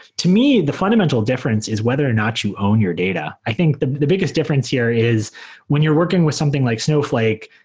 to me, the fundamental difference is whether or not you own your data. i think the the biggest difference here is when you're working with something like snowflake,